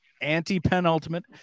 anti-penultimate